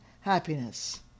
happiness